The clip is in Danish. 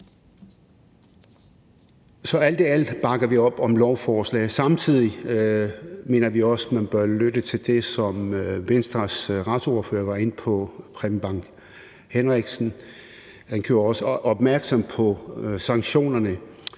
Så alt i alt bakker vi op om lovforslaget. Samtidig mener vi også, at man bør lytte til det, som Venstres retsordfører, Preben Bang Henriksen, gjorde opmærksom på vedrørende